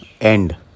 end